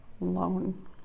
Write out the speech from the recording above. alone